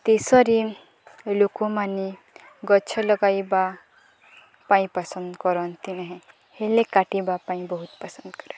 ଦେଶରେ ଲୋକମାନେ ଗଛ ଲଗାଇବା ପାଇଁ ପସନ୍ଦ କରନ୍ତି ନାହିଁ ହେଲେ କାଟିବା ପାଇଁ ବହୁତ ପସନ୍ଦ କରନ୍ତି